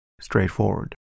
straightforward